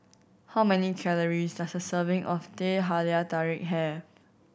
how many calories does a serving of Teh Halia Tarik have